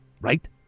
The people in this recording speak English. right